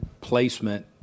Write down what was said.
placement